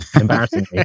embarrassingly